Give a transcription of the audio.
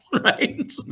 right